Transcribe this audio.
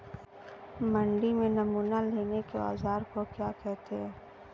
मंडी में नमूना लेने के औज़ार को क्या कहते हैं?